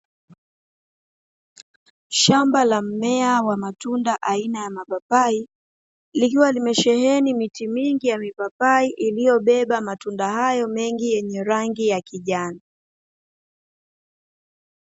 Shamba la mmea aina ya mapapai, likiwa limesheheni miti mingi ya mipapai, iliyobeba matunda hayo mengi yenye rangi ya kijani.